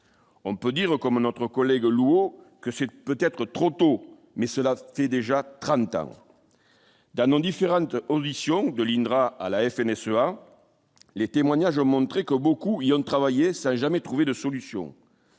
on peut dire, comme notre collègue lourd que c'est peut-être trop tôt, mais cela fait déjà 30 ans Danone différentes auditions de l'INRA à la FNSEA, les témoignages ont montré que beaucoup Young travailler ça jamais trouvé de solutions,